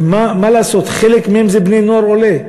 ומה לעשות, חלק מהם הם בני-נוער עולים,